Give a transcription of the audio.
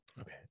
Okay